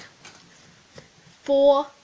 Four